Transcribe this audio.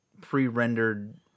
pre-rendered